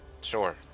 Sure